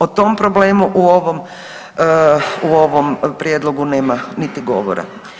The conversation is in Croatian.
O tome problemu u ovom prijedlogu nema niti govora.